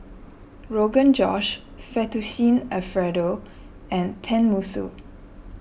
Rogan Josh Fettuccine Alfredo and Tenmusu